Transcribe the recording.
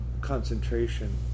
concentration